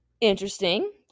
interesting